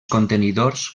contenidors